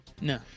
No